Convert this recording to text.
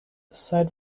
aside